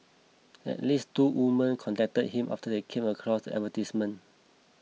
at least two women contacted him after they came across the advertisement